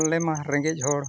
ᱟᱞᱮᱢᱟ ᱨᱮᱸᱜᱮᱡ ᱦᱚᱲ